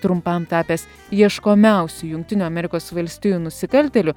trumpam tapęs ieškomiausiu jungtinių amerikos valstijų nusikaltėliu